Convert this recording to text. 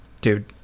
dude